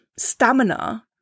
Stamina